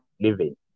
living